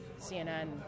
CNN